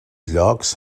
llocs